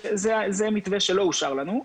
זה מתווה שלא אושר לנו.